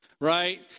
right